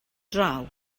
draw